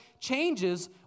changes